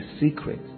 secret